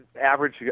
average